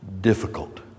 Difficult